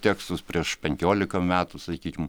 tekstus prieš penkiolika metų sakykim